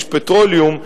British Petroleum,